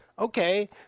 Okay